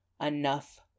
Enough